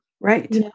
right